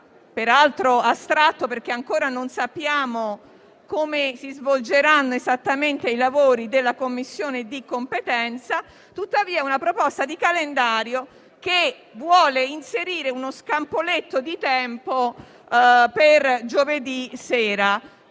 peraltro astratto, perché ancora non sappiamo come si svolgeranno esattamente i lavori della Commissione di competenza - che vuole inserire uno scampoletto di tempo per giovedì sera.